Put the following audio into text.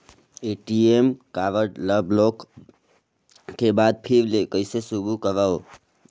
ATM card ल block के बाद फिर ले कइसे शुरू करव?